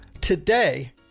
today